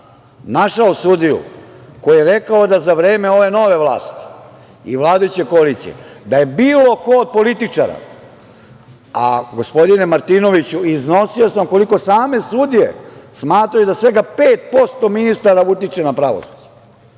našao sudiju koji je rekao da za vreme ove nove vlasti i vladajuće koalicije da je bilo ko od političara, a gospodine Martinoviću, iznosio sam koliko i same sudije, smatrao da svega 5% ministara utiče na pravosuđe,